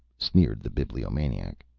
sneered the bibliomaniac.